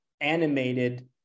animated